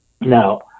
Now